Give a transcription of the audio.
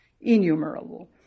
innumerable